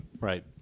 Right